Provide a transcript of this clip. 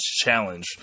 Challenge